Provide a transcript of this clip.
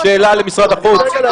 אני פטריוט לא פחות ממך, אולי קצת יותר.